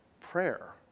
prayer